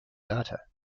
data